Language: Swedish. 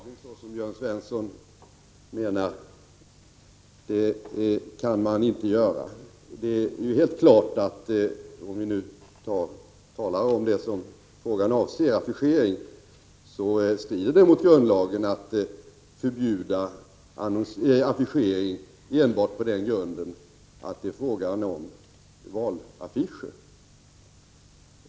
Fru talman! Man kan inte, som Jörn Svensson menar, på det här sättet urgröpa grundlagen. Det är helt klart att det, om vi nu talar om det som frågan avser — affischering — strider mot grundlagen att förbjuda affischering enbart på den grunden att det är fråga om valaffischer.